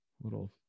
little